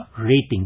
rating